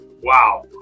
wow